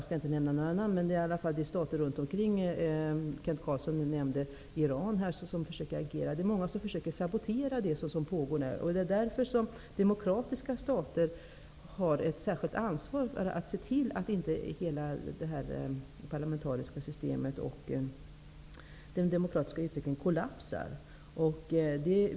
Kent Carlsson nämnde Iran som försöker agera, och det är många andra som försöker sabotera det som pågår i Kurdistan. Därför har demokratiska stater ett särskilt ansvar för att se till att inte det parlamentariska systemet och den demokratiska utvecklingen kollapsar.